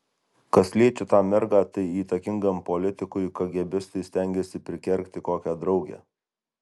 kas liečia tą mergą tai įtakingam politikui kagėbistai stengiasi prikergti kokią draugę